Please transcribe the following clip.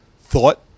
thought